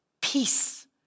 Peace